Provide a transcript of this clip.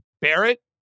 Barrett